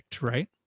right